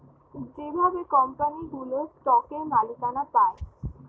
যেভাবে কোম্পানিগুলো স্টকের মালিকানা পায়